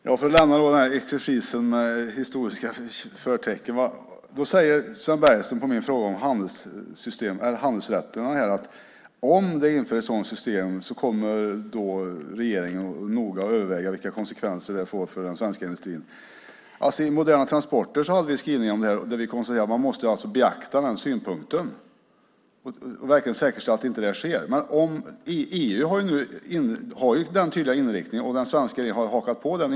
Herr talman! Jag lämnar exercisen med historiska förtecken. Sven Bergström svarar på min fråga om handelsrätter: Om det införs ett sådant system kommer regeringen att noga överväga vilka konsekvenser det får för den svenska industrin. I propositionen Moderna transporter hade vi skrivningar om detta. Vi konstaterade att man måste beakta den synpunkten och verkligen säkerställa att så inte sker. EU har nu den tydliga inriktningen, och den svenska regeringen har hakat på den.